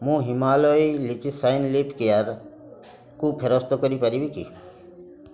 ମୁଁ Himalaya lychee shine lip କେୟାର୍କୁ ଫେରସ୍ତ କରି ପାରିବି କି